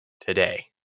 today